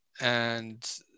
And-